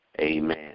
amen